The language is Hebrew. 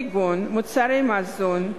כגון מוצרי מזון,